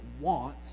want